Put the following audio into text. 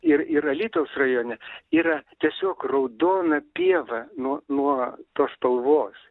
ir ir alytaus rajone yra tiesiog raudona pieva nuo nuo tos spalvos